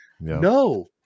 no